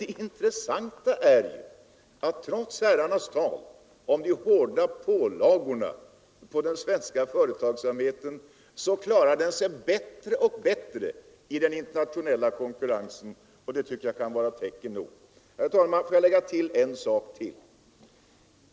Det intressanta är att trots herrarnas tal om de hårda pålagorna på den svenska företagsamheten klarar denna sig bättre och bättre i den internationella konkurrensen, och det tycker jag kan vara bevis nog i detta sammanhang. Herr talman! Låt mig tillägga ytterligare en sak.